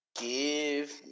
Give